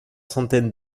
centaines